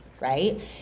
right